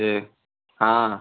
ठीक हाँ